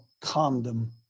condom